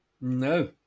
no